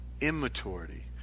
immaturity